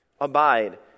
Abide